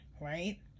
right